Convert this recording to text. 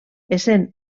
essent